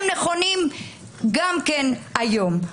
הם נכונים גם היום.